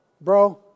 Bro